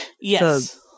Yes